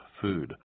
food